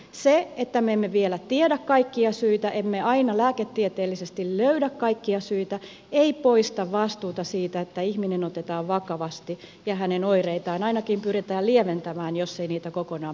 se että me emme vielä tiedä kaikkia syitä emme aina lääketieteellisesti löydä kaikkia syitä ei poista vastuuta siitä että ihminen otetaan vakavasti ja hänen oireitaan ainakin pyritään lieventämään jos ei niitä kokonaan pystytä poistamaan